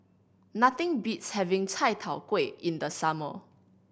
nothing beats having chai tow kway in the summer